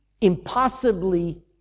impossibly